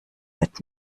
wird